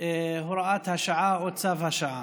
הוראת השעה או צו השעה.